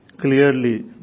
clearly